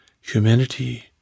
humanity